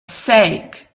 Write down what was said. sake